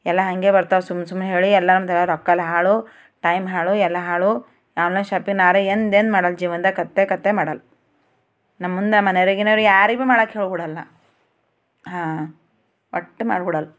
ಎಲ್ಲಾ ಹಾಗೇ ಬರ್ತಾವು ಸುಮ್ ಸುಮ್ನೆ ಹೇಳಿ ಎಲ್ಲಾಂದೂ ರೊಕ್ಕಾ ಎಲ್ಲಾ ಹಾಳು ಟೈಮ್ ಹಾಳು ಎಲ್ಲ ಹಾಳು ಆನ್ಲೈನ್ ಶಾಪಿಂಗ್ನಾರೆ ಎಂದು ಎಂದೂ ಮಾಡಲ್ದು ಜೀವನ್ದಾಗ ಕತ್ತೆ ಕತ್ತೆ ಮಾಡೊಲ್ದು ನಮ್ಮ ಮುಂದೆ ಮನೆಯವರಿಗಿನೆರಿ ಯಾರಿಗೆ ಮಾಡೋಕ್ಕೆ ಹೋಗೋಕ್ಕೆ ಬಿಡಲ್ಲ ಹಾಂ ಒಟ್ಟು ಮಾಡಿ ಬಿಡೋಲ್ದ್